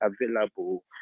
available